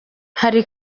hari